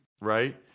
right